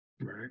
Right